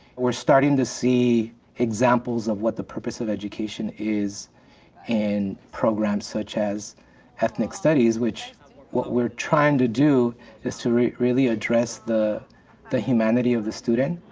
we're starting to see examples of what the purpose of education is in programs such as ethnic studies which what we're trying to do is to really really address the the humanity of the student.